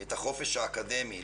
את החופש האקדמי,